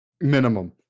minimum